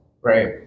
Right